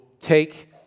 take